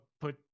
put